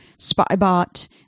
Spybot